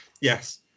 Yes